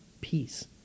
peace